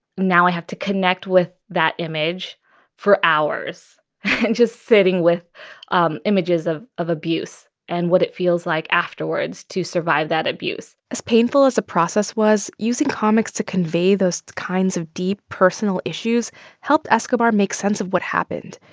now i have to connect with that image for hours and just sitting with um images of of abuse and what it feels like afterwards to survive that abuse as painful as the process was, using comics to convey those kinds of deep, personal issues helped escobar make sense of what happened.